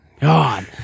god